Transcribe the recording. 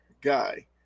guy